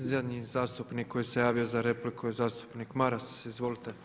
I zadnji zastupnik koji se javio za repliku je zastupnik Maras, izvolite.